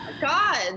god